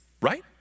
Right